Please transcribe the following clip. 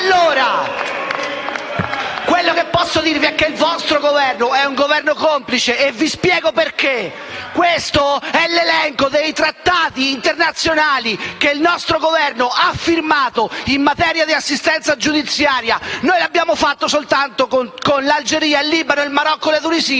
*(M5S)*. Quello che posso dirvi è che il vostro è un Governo complice e vi spiego perché. Questo è l'elenco dei trattati internazionali che il nostro Governo ha firmato in materia di assistenza giudiziaria. L'abbiamo fatto soltanto con l'Algeria, il Libano, il Marocco e la Tunisia;